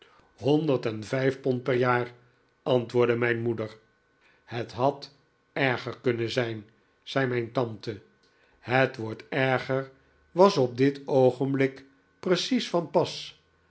pond per jaar antwoordde mijn moeder het had erger kunnen zijn zei mijn tante het woord erger was op dit oogenblik precies van pas